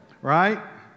Right